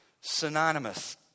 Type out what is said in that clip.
synonymous